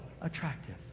attractive